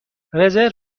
رزرو